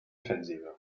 defensive